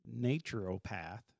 naturopath